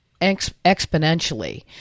exponentially